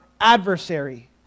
adversary